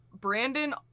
Brandon